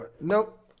Nope